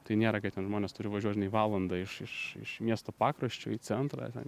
tai nėra kad ten žmonės turi važiuot žinai valandą iš iš iš miesto pakraščio į centrą ten